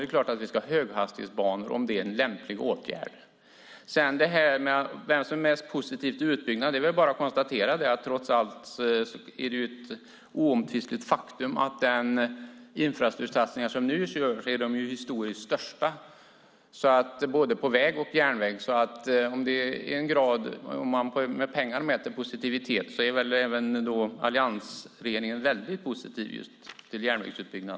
Det är klart att vi ska ha höghastighetsbanor om det är en lämplig åtgärd att införa sådana. När det gäller vem som är mest positiv till en utbyggnad är det väl bara att konstatera att det trots allt är ett oomtvistat faktum att de infrastruktursatsningar som nu görs är de historiskt största satsningar som gjorts. Det gäller då både väg och järnväg. Om man mäter positiviteten i pengar är väl alliansregeringen väldigt positiv just till järnvägsutbyggnad.